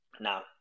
now